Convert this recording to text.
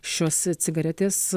šios s cigaretės